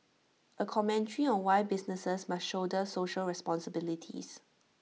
A commentary on why businesses must shoulder social responsibilities